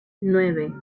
nueve